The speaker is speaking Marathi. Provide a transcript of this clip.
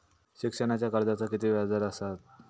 शिक्षणाच्या कर्जाचा किती व्याजदर असात?